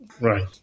right